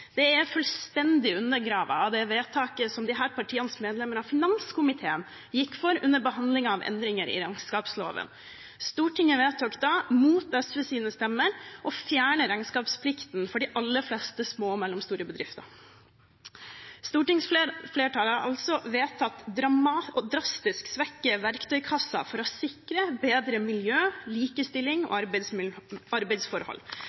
fullstendig undergravd av det vedtaket som disse partienes medlemmer av finanskomiteen gikk inn for under behandlingen av saken om endringer i regnskapsloven. Stortinget vedtok da – mot SVs stemmer – å fjerne regnskapsplikten for de aller fleste små og mellomstore bedrifter. Stortingsflertallet har altså vedtatt å drastisk svekke verktøykassen som skal sikre bedre miljø, likestilling og arbeidsforhold.